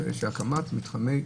של הקמת מתחמי